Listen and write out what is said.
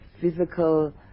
physical